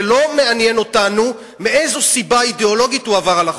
ולא מעניין אותנו מאיזו סיבה אידיאולוגית הוא עבר על החוק.